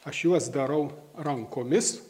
aš juos darau rankomis